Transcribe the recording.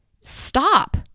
Stop